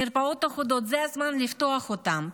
מרפאות אחודות, זה הזמן לפתוח אותן.